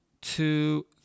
two